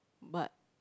but